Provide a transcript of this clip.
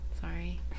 Sorry